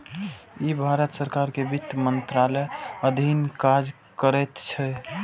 ई भारत सरकार के वित्त मंत्रालयक अधीन काज करैत छै